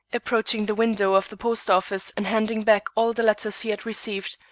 approaching the window of the post-office and handing back all the letters he had received,